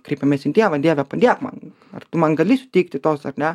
kreipiamės į dievą dieve padėk man ar tu man gali suteikti tos ar ne